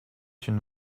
une